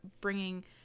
bringing